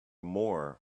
more